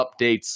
updates